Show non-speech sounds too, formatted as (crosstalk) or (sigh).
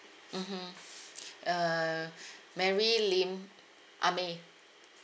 mmhmm (breath) uh (breath) mary lim ah mei